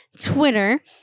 Twitter